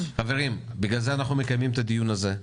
חברים, בגלל זה אנחנו מקיימים את הדיון הזה.